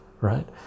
right